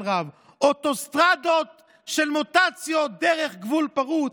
רב: אוטוסטרדות של מוטציות דרך גבול פרוץ.